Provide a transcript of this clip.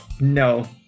No